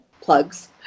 plugs